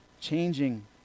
changing